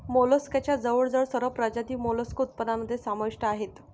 मोलस्कच्या जवळजवळ सर्व प्रजाती मोलस्क उत्पादनामध्ये समाविष्ट आहेत